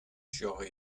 sjogge